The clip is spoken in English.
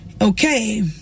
Okay